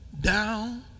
down